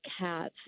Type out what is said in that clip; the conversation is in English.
cats